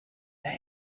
that